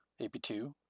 AP2